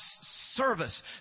service